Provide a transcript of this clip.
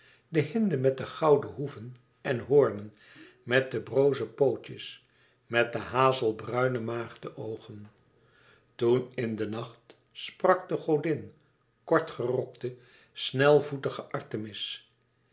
de hinde met de gouden hoeven en hoornen met de broze pootjes met de hazelbruine maagde oogen toen in de nacht sprak de godin kort gerokte snelvoetige artemis